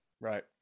Right